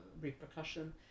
repercussion